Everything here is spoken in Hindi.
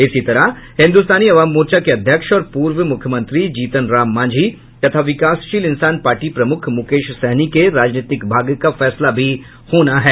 इसी तरह हिन्दुस्तानी आवाम मोर्चा के अध्यक्ष और पूर्व मुख्यमंत्री जीतन राम मांझी तथा विकासशील इंसान पार्टी प्रमुख मुकेश सहनी के राजनीतिक भाग्य का फैसला भी होना है